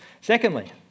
Secondly